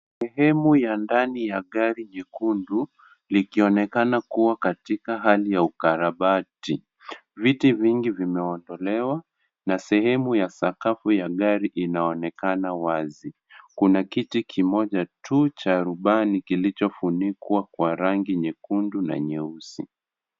Sehemu ya ndani ya gari jekundu likionekana kuwa katika hali ya ukarabati. Viti vingi vimeondolewa na sehemu ya sakafu ya gari inaonekana wazi. Kuna kiti kimoja tu cha rubani kilichofunikwa kwa rangi nyekundu na nyeusi.